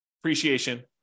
appreciation